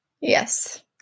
Yes